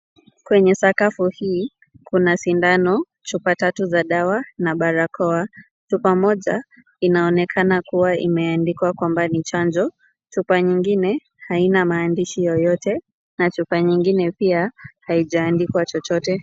Kwenye sakafu hii kuna sindano, chupa tatu za dawa na barakoa. Chupa moja inaonekana kuwa imeandikwa kwamba ni chanjo, chupa nyingine haina maandishi yoyote na chupa nyingine pia haijaandikwa chochote.